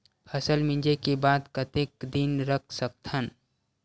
फसल मिंजे के बाद कतेक दिन रख सकथन?